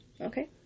Okay